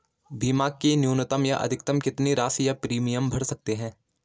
बीमा की न्यूनतम या अधिकतम कितनी राशि या प्रीमियम भर सकते हैं?